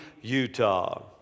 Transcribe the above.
Utah